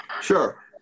Sure